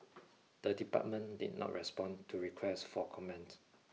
the department did not respond to requests for comment